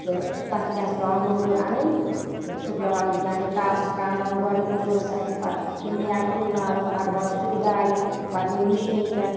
تہٕ تَتھ تہِ آسہٕ پیوان موزوٗر انٕنۍ تہٕ سُہ پیوان گرِ تَپَس تراوناوُن گۄڈٕ موزوٗرَس اَتھِ پَتہٕ تِمنٕے اَتھِ تُلناوُن پَتہٕ بَرُن سُہ تہِ گاڈ